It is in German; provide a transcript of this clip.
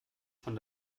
von